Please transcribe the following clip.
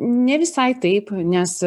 ne visai taip nes